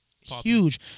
huge